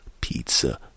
pizza